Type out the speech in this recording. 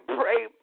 pray